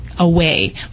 away